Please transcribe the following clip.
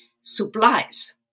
supplies